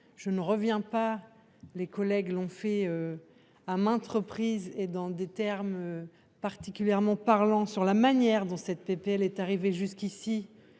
Je ne reviens pas. Les collègues l'ont fait. À maintes reprises et dans des termes. Particulièrement parlant sur la manière dont cette PPL est arrivé jusqu'ici